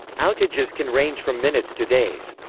outages can range from minutes to days.